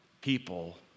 people